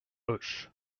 auch